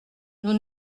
nous